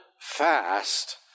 fast